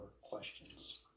questions